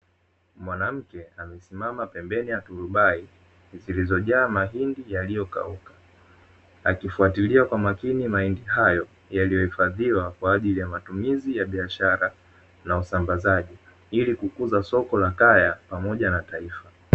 Mwanamke amesimama pembeni ya turubai zilizo jaa mahindi yaliyo kauka akifatilia kwa umakini mahindi hayo yaliyo hifadhiwa kwajili ya matumizi ya biashara na usambazaji ilikukuza soko la kaya pamoja na taifa.